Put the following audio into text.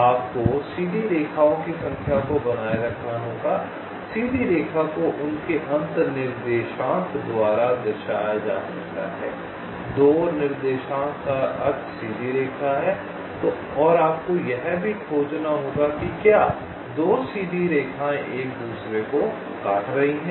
आपको सीधी रेखाओं की संख्या को बनाए रखना होगा सीधी रेखा को उनके अंत निर्देशांक द्वारा दर्शाया जा सकता है दो निर्देशांक का अर्थ सीधी रेखा है और आपको यह भी खोजना होगा कि क्या 2 सीधी रेखाएं एक दूसरे को काट रही हैं